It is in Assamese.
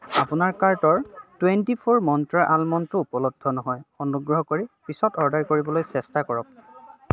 আপোনাৰ কাৰ্টৰ টুৱেণ্টি ফ'ৰ মন্ত্ৰা আলমণ্ডটো উপলব্ধ নহয় অনুগ্ৰহ কৰি পিছত অৰ্ডাৰ কৰিবলৈ চেষ্টা কৰক